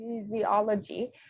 physiology